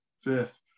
Fifth